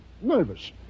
Nervous